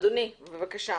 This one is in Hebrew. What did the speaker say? אדוניי, בבקשה.